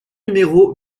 numéro